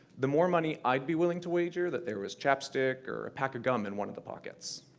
the more money i'd be willing to wager that there was chapstick or a pack of gum in one of the pockets.